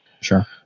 Sure